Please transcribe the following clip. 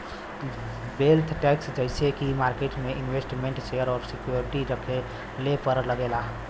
wealth tax जइसे की market में इन्वेस्टमेन्ट शेयर और सिक्योरिटी रखले पर लगेला